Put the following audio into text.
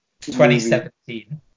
2017